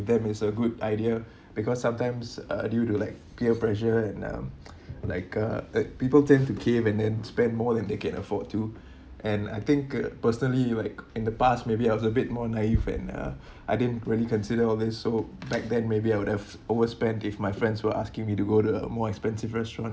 that is a good idea because sometimes uh due to like peer pressure and um like uh uh people tend to cave and then spend more than they can afford to and I think uh personally you like in the past maybe I was a bit more naive and uh I didn't really consider all these so back then maybe I would have overspent if my friends were asking me to go to more expensive restaurant